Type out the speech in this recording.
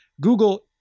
Google